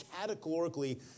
categorically